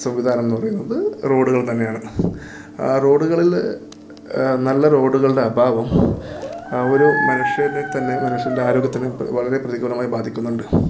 സംവിധാനം എന്ന് പറയുന്നത് റോഡുകൾ തന്നെയാണ് ആ റോഡുകളിൽ നല്ല റോഡുകളുടെ അഭാവം ആ ഒരു മനുഷ്യനെ തന്നെ മനുഷ്യൻ്റെ ആരോഗ്യത്തിനെ വളരെ പ്രതികൂലമായി ബാധിക്കുന്നുണ്ട്